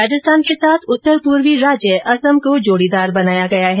राजस्थान के साथ उत्तर पूर्वी राज्य असम को जोडीदार बनाया गया है